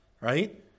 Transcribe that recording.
right